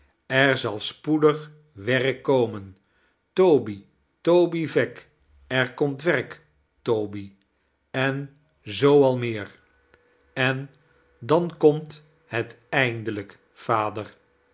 er zal spoedig werk komen toby toby veck er komt werk tobv en zoo al meer en dan komt het eindelijk vader